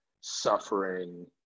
suffering